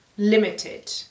limited